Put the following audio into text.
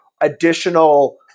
additional